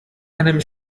enemy